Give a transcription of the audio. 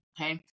Okay